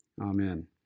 Amen